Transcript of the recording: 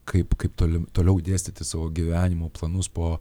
kaip kaip toli toliau dėstyti savo gyvenimo planus po